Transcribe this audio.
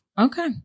Okay